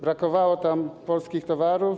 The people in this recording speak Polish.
Brakowało tam polskich towarów.